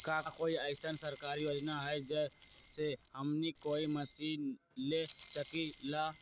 का कोई अइसन सरकारी योजना है जै से हमनी कोई मशीन ले सकीं ला?